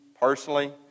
personally